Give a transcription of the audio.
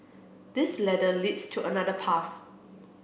this ladder leads to another path